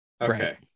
Okay